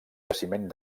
jaciment